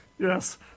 Yes